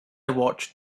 watched